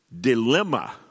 dilemma